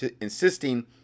insisting